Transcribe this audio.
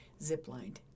ziplined